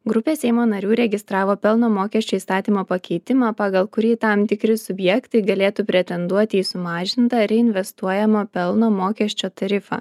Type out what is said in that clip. grupė seimo narių registravo pelno mokesčio įstatymo pakeitimą pagal kurį tam tikri subjektai galėtų pretenduoti į sumažintą reinvestuojamo pelno mokesčio tarifą